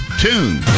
tune